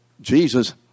Jesus